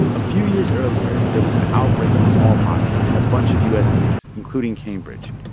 a few years earlier, there was an outbreak of smallpox in a bunch of u s. cities, including cambridge,